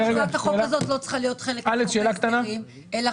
החוק הזה לא צריך להיות חלק מחוק ההסדרים אלא